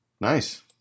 Nice